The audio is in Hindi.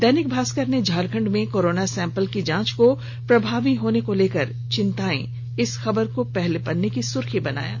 दैनिक भास्कर ने झारखंड में कोरोना सैंपल की जांच को प्रभावी होने को लेकर चिंताएं की खबर को पहले पत्रे की सुर्खियां बनाया है